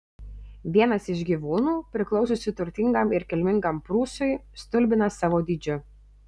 vienas iš gyvūnų priklausiusių turtingam ir kilmingam prūsui stulbina savo dydžiu